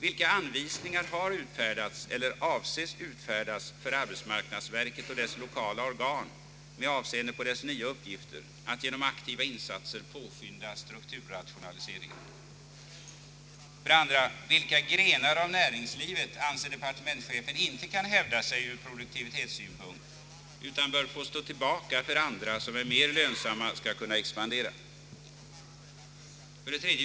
Vilka anvisningar har utfärdats eller avses utfärdas för arbetsmarknadsverket och dess lokala organ med avseende på dess nya uppgifter att genom aktiva insatser påskynda strukturomvandlingen? 2. Vilka grenar av näringslivet anser departementschefen inte kan hävda sig ur produktivitetssynpunkt utan bör få stå tillbaka för att andra som är mera lönsamma skall kunna expandera? 3.